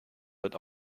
wird